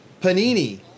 Panini